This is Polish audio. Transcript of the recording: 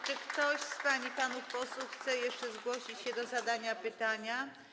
Czy ktoś z pań i panów posłów chce jeszcze zgłosić się do zadania pytania?